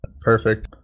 perfect